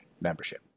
membership